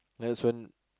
that's when